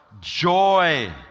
Joy